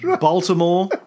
Baltimore